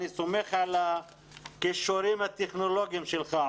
אני סומך על הכישורים הטכנולוגיים שלך,